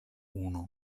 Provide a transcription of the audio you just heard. unu